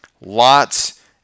Lots